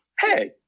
hey